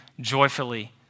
joyfully